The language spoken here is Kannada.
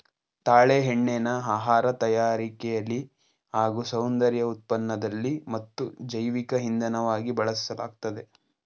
ತಾಳೆ ಎಣ್ಣೆನ ಆಹಾರ ತಯಾರಿಕೆಲಿ ಹಾಗೂ ಸೌಂದರ್ಯ ಉತ್ಪನ್ನದಲ್ಲಿ ಮತ್ತು ಜೈವಿಕ ಇಂಧನವಾಗಿ ಬಳಸಲಾಗ್ತದೆ